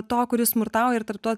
to kuris smurtauja ir tarp to